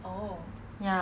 好像